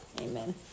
Amen